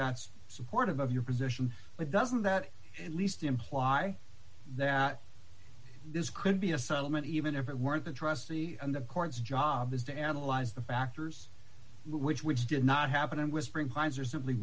that's supportive of your position but doesn't that at least imply that this could be a supplement even if it weren't a trustee and the court's job is to analyze the factors which which did not happen and whispering pines or simply